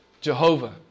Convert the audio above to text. Jehovah